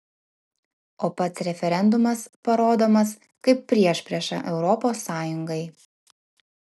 o pats referendumas parodomas kaip priešprieša europos sąjungai